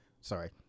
Sorry